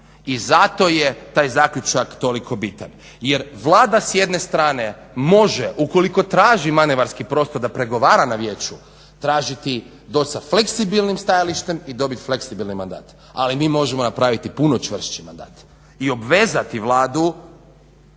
I zato je taj zaključak toliko bitan. Jer Vlada s jedne strane može ukoliko traži manevarski prostor da pregovara na vijeću tražiti to sa fleksibilnim stajalištem i dobiti fleksibilni mandat. Ali, mi možemo napraviti puno čvršći mandat i obvezati Vladu